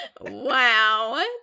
wow